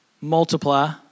multiply